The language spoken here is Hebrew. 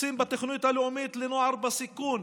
קיצוצים בתוכנית הלאומית לנוער בסיכון